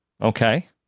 Okay